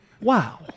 Wow